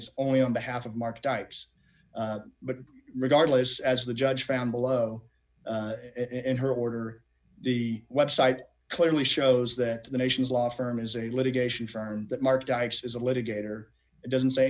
it's only on behalf of mark types but regardless as the judge found below in her order the website clearly shows that the nation's law firm is a litigation firm that mark dykes is a litigator doesn't say